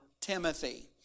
Timothy